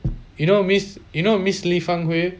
you know miss you know miss li fang hui